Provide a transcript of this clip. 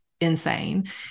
insane